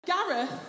Gareth